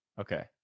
okay